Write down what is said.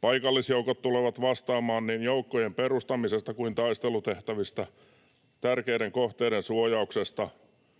Paikallisjoukot tulevat vastaamaan niin joukkojen perustamisesta kuin taistelutehtävistä, tärkeiden kohteiden suojauksesta